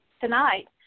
tonight